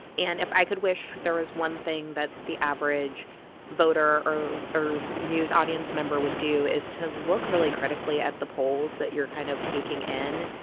and if i could wish there was one thing that the average voter or or news audience member would do is to look really critically at the polls that you're kind of taking in.